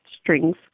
strings